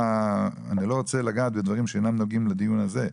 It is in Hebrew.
אני לא רוצה לגעת בדברים שאינם נוגעים לדיון הזה,